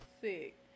sick